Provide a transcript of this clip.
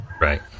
Right